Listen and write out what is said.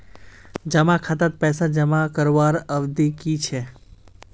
जमा खातात पैसा जमा करवार अवधि की छे?